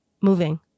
moving